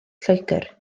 lloegr